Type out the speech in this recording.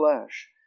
flesh